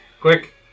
Quick